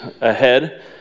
ahead